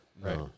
right